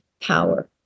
power